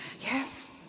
Yes